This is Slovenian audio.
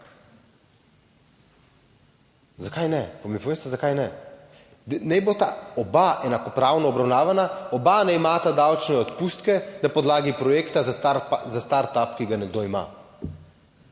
zakaj ne? Pa mi povejte, zakaj ne? Naj bosta oba enakopravno obravnavana, oba naj imata davčne odpustke na podlagi projekta za startup, ki ga nekdo ima.